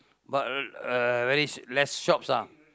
but uh uh very less shops ah